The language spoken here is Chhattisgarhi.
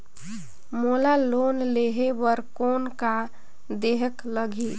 मोला लोन लेहे बर कौन का देहेक लगही?